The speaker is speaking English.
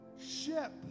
ship